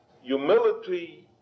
humility